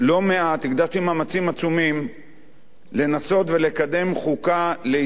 הקדשתי מאמצים עצומים לנסות ולקדם חוקה לישראל,